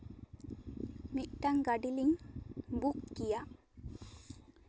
ᱢᱤᱫᱴᱟᱝ ᱜᱟ ᱰᱤ ᱞᱤᱧ ᱵᱩᱠ ᱠᱮᱭᱟ